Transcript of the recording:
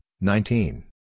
nineteen